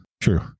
True